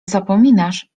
zapominasz